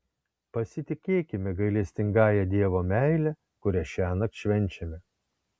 pasitikėkime gailestingąja dievo meile kurią šiąnakt švenčiame